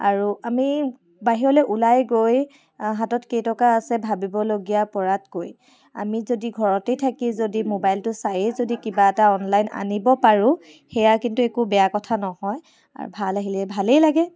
আৰু আমি বাহিৰলৈ ওলাই গৈ হাতত কেই টকা আছে ভাবিব লগীয়া পৰাতকৈ আমি যদি ঘৰতে থাকি যদি ম'বাইলটো চাইয়ে যদি কিবা এটা অনলাইন আনিব পাৰো সেয়া কিন্তু একো বেয়া কথা নহয় আৰু ভাল আহিলে ভালে লাগে